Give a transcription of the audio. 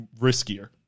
riskier